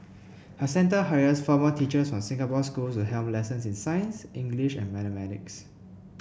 her centre hires former teachers from Singapore schools helm lessons in science English and mathematics